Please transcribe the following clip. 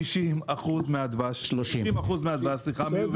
30% מהדבש מיובא.